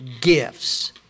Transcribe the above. gifts